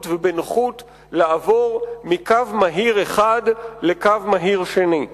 ובנוחות לעבור מקו מהיר אחד לקו מהיר שני.